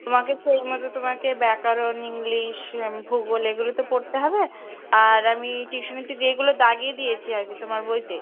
তোমাকে সেই মতো তোমাকে ব্যাকারণ ইংলিশ ভূগোল এগুলো তো পড়তে হবে আর আমি টিউশনিতে যেগুলো দাগিয়ে দিয়েছি আরকি তোমার বইতে